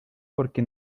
porque